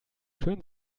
schön